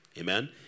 amen